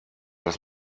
das